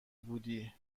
بودی